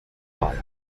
wahl